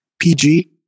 PG